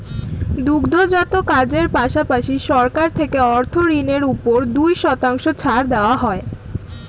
দুগ্ধজাত কাজের পাশাপাশি, সরকার থেকে অর্থ ঋণের উপর দুই শতাংশ ছাড় দেওয়া হয়